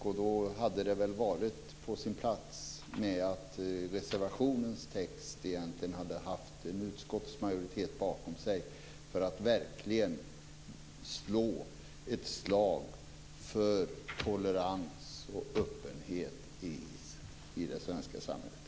Därför hade det väl varit på sin plats att reservationens text hade haft en utskottsmajoritet bakom sig för att verkligen slå ett slag för tolerans och öppenhet i det svenska samhället.